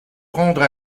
rendre